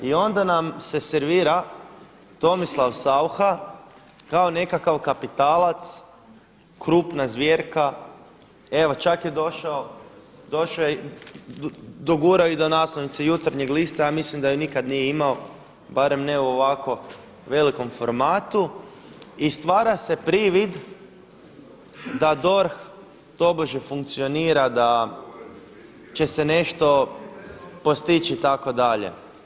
I onda nam se servira Tomislav Saucha kao nekakav kapitalac, krupna zvjerka, evo čak je došao dogurao je do naslovnice Jutarnjeg lista, ja mislim da je nikada nije imao barem ne u ovako velikom formatu i stvara se privid da DORH tobože funkcionira da će se nešto postići itd.